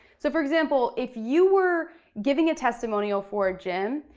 so for example, if you were giving a testimonial for a gym,